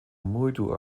muito